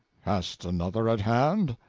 hast another at hand?